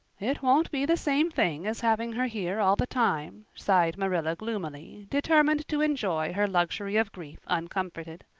it won't be the same thing as having her here all the time, sighed marilla gloomily, determined to enjoy her luxury of grief uncomforted.